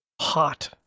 hot